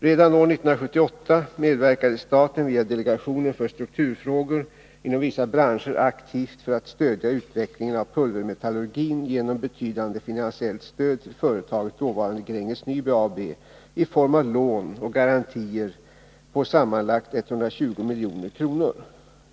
Redan år 1978 medverkade staten via delegationen för strukturfrågor Nr 38 inom vissa branscher aktivt för att stödja utvecklingen av pulvermetallurgin genom betydande finansiellt stöd till företaget, dåvarande Gränges Nyby AB, i form av lån och garantier på sammanlagt 120 milj.kr.